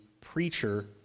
preacher